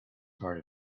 part